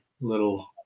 little